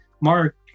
Mark